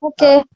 Okay